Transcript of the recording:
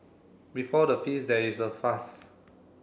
before the feast there is a fast